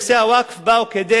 נכסי הווקף באו כדי,